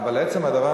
לעצם הדבר,